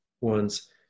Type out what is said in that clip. ones